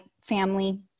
family